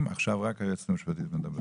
היועצת המשפטית מדברת.